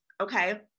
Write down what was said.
Okay